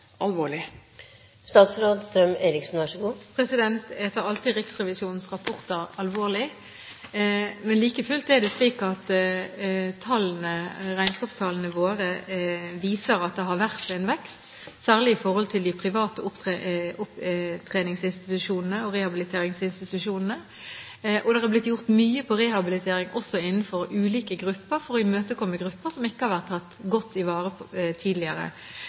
Jeg tar alltid Riksrevisjonens rapporter alvorlig. Men like fullt er det slik at regnskapstallene våre viser at det har vært en vekst, særlig i forhold til de private opptreningsinstitusjonene og rehabiliteringsinstitusjonene, og det har blitt gjort mye innen rehabilitering også innenfor ulike grupper for å imøtekomme grupper som ikke har blitt godt ivaretatt tidligere. Jeg mener faktisk at dette er et område som er særlig viktig i